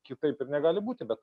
kitaip ir negali būti bet